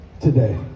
today